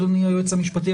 אדוני היועץ המשפטי,